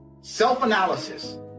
self-analysis